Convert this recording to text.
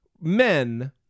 men